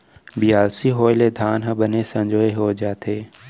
बियासी होय ले धान ह बने संजोए हो जाथे